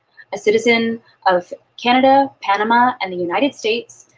a citizen of canada, panama, and the united states,